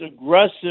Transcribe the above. aggressive